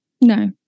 No